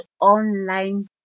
online